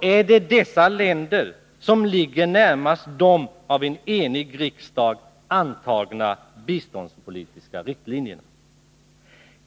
är det dessa länder som ligger närmast de av en enig riksdag antagna biståndspolitiska riktlinjerna.